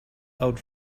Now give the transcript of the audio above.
out